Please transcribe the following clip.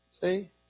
See